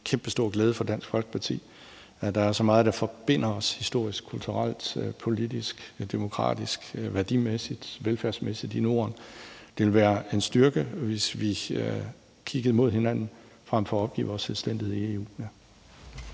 kæmpestor glæde for Dansk Folkeparti, at der er så meget, der forbinder os historisk, kulturelt, politisk, demokratisk, værdimæssigt og velfærdsmæssigt i Norden. Det ville være en styrke, hvis vi kiggede mod hinanden frem for at opgive vores selvstændighed i EU.